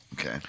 Okay